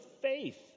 faith